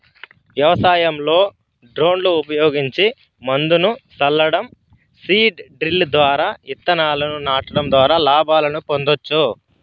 వ్యవసాయంలో డ్రోన్లు ఉపయోగించి మందును సల్లటం, సీడ్ డ్రిల్ ద్వారా ఇత్తనాలను నాటడం ద్వారా లాభాలను పొందొచ్చు